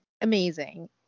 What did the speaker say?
amazing